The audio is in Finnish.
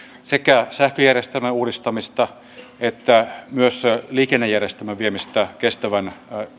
sekä sähköjärjestelmän uudistamista että myös liikennejärjestelmän viemistä kestävän